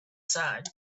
side